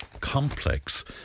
complex